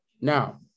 Now